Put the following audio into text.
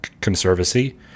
Conservancy